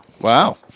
Wow